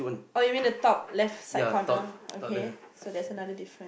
oh you mean the top left side corner okay so there's another different